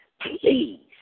please